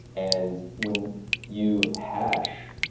and when you hash,